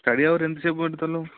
study hour ఎంతసేపు పెడతారు